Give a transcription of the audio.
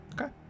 okay